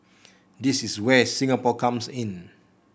this is where Singapore comes in